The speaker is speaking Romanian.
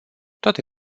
toate